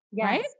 right